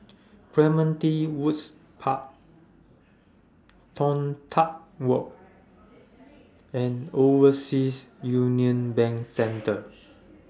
Clementi Woods Park Toh Tuck Walk and Overseas Union Bank Centre